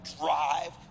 drive